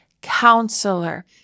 Counselor